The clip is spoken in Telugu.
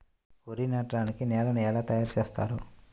వరి నాటడానికి నేలను ఎలా తయారు చేస్తారు?